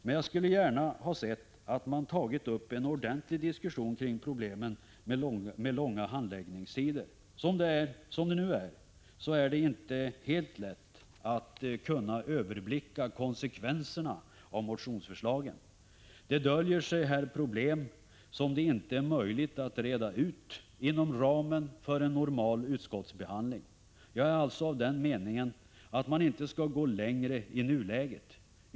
Men jag skulle gärna ha sett att man hade tagit upp en ordentlig diskussion kring problemen med långa handläggningstider. Som det nu är, så är det inte helt lätt att överblicka konsekvenserna av motionsförslagen. Det döljer sig här problem som det inte är möjligt att reda ut inom ramen för en normal utskottsbehandling. Jag är alltså av den meningen att man inte skall gå längre i nuläget.